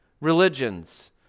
religions